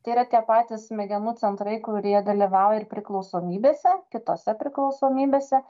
tai yra tie patys smegenų centrai kurie dalyvauja ir priklausomybėse kitose priklausomybėse